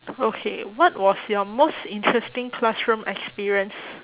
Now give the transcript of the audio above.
okay what was your most interesting classroom experience